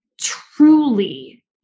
truly